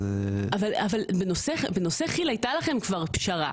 אבל בנושא כיל הייתה לכם כבר פשרה.